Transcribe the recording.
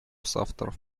соавторов